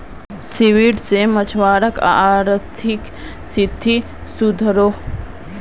seaweed से मछुवारार अआर्थिक स्तिथि सुधरोह